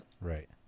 Right